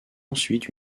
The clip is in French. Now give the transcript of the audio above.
ensuite